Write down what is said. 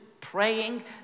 praying